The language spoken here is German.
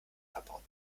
verbaut